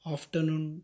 Afternoon